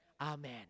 Amen